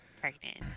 pregnant